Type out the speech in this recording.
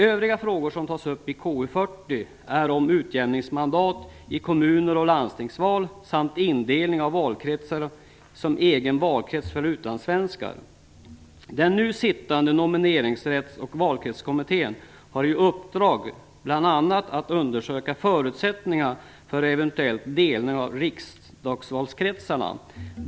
Övriga frågor som tas upp i KU40 handlar om utjämningsmandat i kommun och landstingsval, om indelning av valkretsar samt om en egen valkrets för utlandssvenskar. Den nu sittande Nomineringsrätts och valkretskommittén har i uppdrag bl.a. att undersöka förutsättningarna för en eventuell delning av riksdagsvalkretsarna.